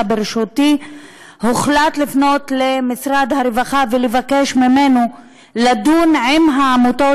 בראשותי הוחלט לפנות למשרד הרווחה ולבקש ממנו לדון עם העמותות